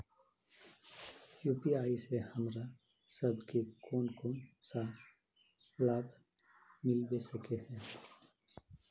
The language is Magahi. यु.पी.आई से हमरा सब के कोन कोन सा लाभ मिलबे सके है?